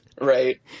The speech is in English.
right